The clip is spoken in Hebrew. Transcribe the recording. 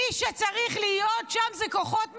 מי שצריך להיות שם אלו כוחות משטרה.